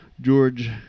George